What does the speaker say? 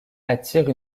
attirent